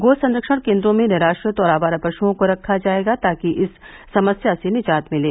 गो संरक्षण केन्द्रों में निराश्रित और आवारा पशुओं को रखा जाए ताकि इस समस्या से निजात मिले